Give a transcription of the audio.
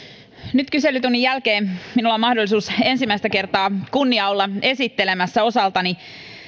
nyt kyselytunnin jälkeen minulla on ensimmäistä kertaa mahdollisuus kunnia olla esittelemässä osaltani